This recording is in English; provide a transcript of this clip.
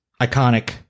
iconic